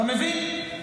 אתה מבין?